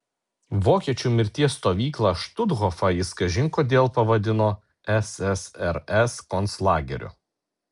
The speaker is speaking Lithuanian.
vokiečių mirties stovyklą štuthofą jis kažin kodėl pavadino ssrs konclageriu